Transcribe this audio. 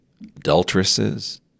adulteresses